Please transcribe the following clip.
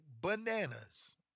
bananas